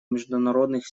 международных